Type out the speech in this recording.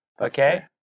Okay